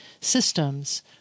systems